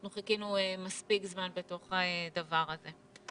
אנחנו חיכינו מספיק זמן בתוך הדבר הזה.